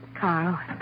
Carl